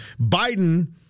Biden